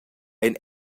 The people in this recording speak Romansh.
ein